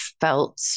felt